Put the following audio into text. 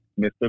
Mr